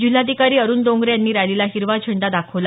जिल्हाधिकारी अरुण डोंगरे यांनी रॅलीला हिरवा झेंडा दाखवला